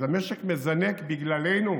אז המשק מזנק בגללנו,